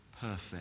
perfect